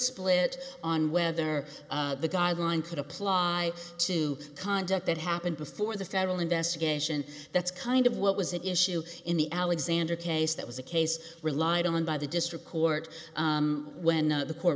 split on whether the guideline could apply to conduct that happened before the federal investigation that's kind of what was it issue in the alexander case that was a case relied on by the district court when the court